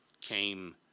came